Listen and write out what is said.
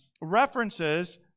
references